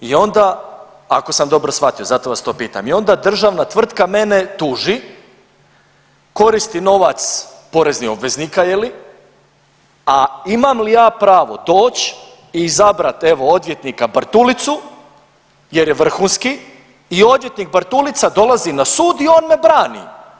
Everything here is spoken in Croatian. I onda ako sam dobro shvatio, zato vas to pitam, i onda državna tvrtka mene tuži, koristi novac poreznih obveznika je li, a imam li ja pravo doći i izabrat evo odvjetnika Bartulicu jer je vrhunski i odvjetnik Bartulica dolazi na sud i on me brani.